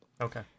Okay